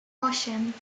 osiem